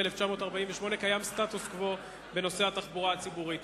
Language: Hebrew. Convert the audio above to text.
סטטוס-קוו בנושא התחבורה הציבורית.